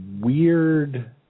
weird